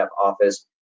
office